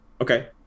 Okay